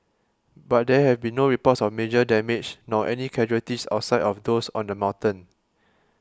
but there have been no reports of major damage nor any casualties outside of those on the mountain